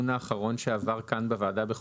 גם החובות האחרות חלות מכוח